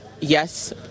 Yes